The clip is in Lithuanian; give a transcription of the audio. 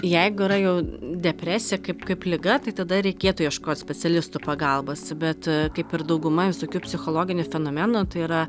jeigu yra jau depresija kaip kaip liga tai tada reikėtų ieškot specialistų pagalbos bet kaip ir dauguma visokių psichologinių fenomenų tai yra